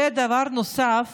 ודבר נוסף